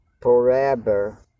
forever